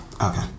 okay